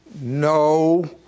no